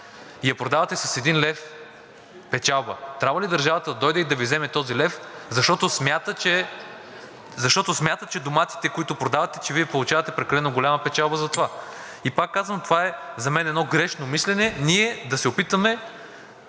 и я продавате с един лев печалба, трябва ли държавата да дойде и да Ви вземе този лев, защото смята, че от доматите, които продавате, получавате прекалено голяма печалба за това. Пак казвам, за мен това е едно грешно мислене – ние да се опитваме